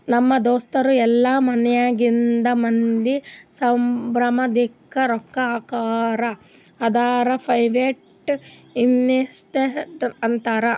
ನಮ್ ದೋಸ್ತರು ಇಲ್ಲಾ ಮನ್ಯಾಗಿಂದ್ ಮಂದಿ, ಸಂಭಂದಿಕ್ರು ರೊಕ್ಕಾ ಹಾಕುರ್ ಅಂದುರ್ ಪ್ರೈವೇಟ್ ಇನ್ವೆಸ್ಟರ್ ಅಂತಾರ್